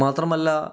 മാത്രമല്ല